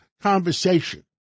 conversation